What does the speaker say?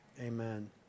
Amen